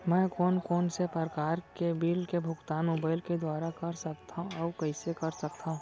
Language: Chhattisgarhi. मैं कोन कोन से प्रकार के बिल के भुगतान मोबाईल के दुवारा कर सकथव अऊ कइसे कर सकथव?